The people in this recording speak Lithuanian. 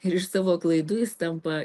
ir iš savo klaidų jis tampa